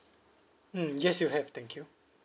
mm yes you have thank you